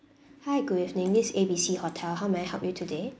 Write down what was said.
hi good evening this is A B C hotel how may I help you today